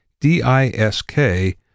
D-I-S-K